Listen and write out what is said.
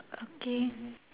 okay